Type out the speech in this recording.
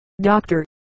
doctor